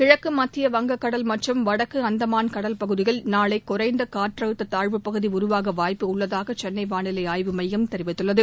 கிழக்கு மத்திய வங்கக் கடல் மற்றும் வடக்கு அந்தமான் கடல்பகுதியில் நாளை குறைந்த காற்றழுத்த தாழ்வுப் பகுதி உருவாக வாய்ப்புள்ளதாக சென்னை வாளிலை ஆய்வு மையம் தெரிவித்துள்ளது